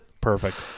Perfect